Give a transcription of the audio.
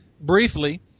briefly